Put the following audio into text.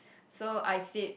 so I said